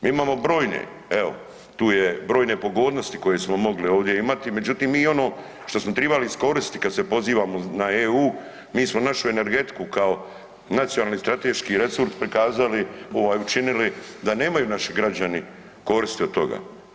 Mi imamo brojne, evo tu je brojne pogodnosti koje smo mogli ovdje imati, međutim mi i ono što smo tribali iskoristiti kad se pozivamo na EU, mi smo našu energetiku kao nacionalni strateški resurs prikazali ovaj učinili da nemaju naši građani koristi od toga.